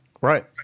right